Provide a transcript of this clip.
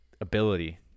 ability